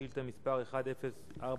שאילתא מס' 1042,